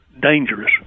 dangerous